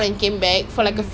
you will lah